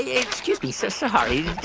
excuse me. so sorry,